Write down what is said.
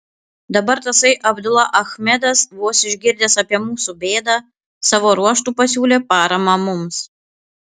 dabar tasai abdula achmedas vos išgirdęs apie mūsų bėdą savo ruožtu pasiūlė paramą mums